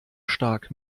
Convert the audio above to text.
stark